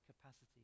capacity